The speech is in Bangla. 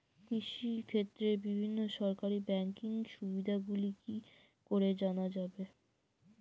কৃষিক্ষেত্রে বিভিন্ন সরকারি ব্যকিং সুবিধাগুলি কি করে জানা যাবে?